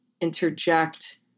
interject